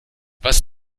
was